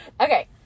Okay